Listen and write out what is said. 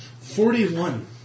Forty-one